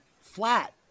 flat